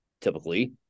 typically